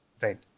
Right